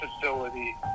facility